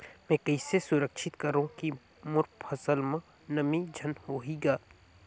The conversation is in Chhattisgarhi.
मैं कइसे सुरक्षित करो की मोर फसल म नमी झन होही ग?